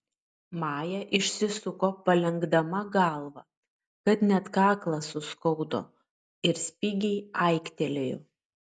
maja išsisuko palenkdama galvą kad net kaklą suskaudo ir spigiai aiktelėjo